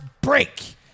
break